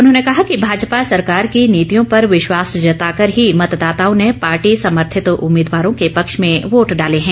उन्होंने कहा कि भाजपा सरकार की नीतियों पर विश्वास जताकर ही मतदाताओं ने पार्टी समर्थित उम्मीदवारों के पक्ष में वोट डाले हैं